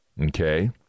Okay